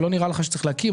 אתם לא חושבים שצריך להקים?